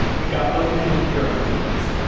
it got ugly in hearing, he writes.